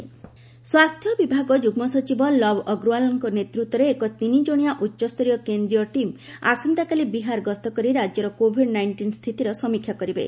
central team Bihar ସ୍ୱାସ୍ଥ୍ୟ ବିଭାଗ ଯୁଗ୍ମ ସଚିବ ଲବ୍ ଅଗ୍ରୱାଲଙ୍କ ନେତୃତ୍ୱରେ ଏକ ତିନିଜଣିଆ ଉଚ୍ଚସ୍ତରୀୟ କେନ୍ଦ୍ରୀୟ ଟିମ୍ ଆସନ୍ତାକାଲି ବିହାର ଗସ୍ତ କରି ରାଜ୍ୟର କୋଭିଡ୍ ନାଇଷ୍ଟିନ୍ ସ୍ଥିତିର ସମୀକ୍ଷା କରିବେ